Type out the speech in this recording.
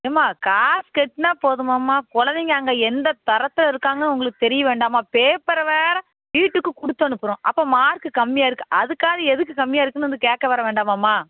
ஏம்மா காசு கட்டினா போதுமாம்மா கொழந்தைங்க அங்கே எந்த தரத்தை இருக்காங்கன்னு உங்களுக்கு தெரிய வேண்டாமா பேப்பரை வேறு வீட்டுக்கு கொடுத்தனுப்புறோம் அப்போ மார்க்கு கம்மியா இருக்குது அதுக்காவது எதுக்கு கம்மியாக இருக்குதுன்னு வந்து கேட்க வர வேண்டாமாம்மா